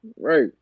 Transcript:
Right